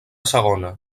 segona